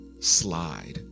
slide